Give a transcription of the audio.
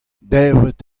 debret